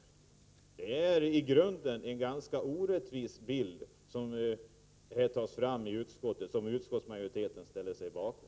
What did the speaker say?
Det är i grunden en ganska orättvis bild som utskottsmajoriteten ställer sig bakom.